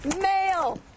Mail